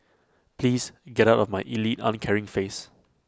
please get out of my elite uncaring face